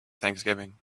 thanksgiving